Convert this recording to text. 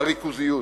הריכוזיות.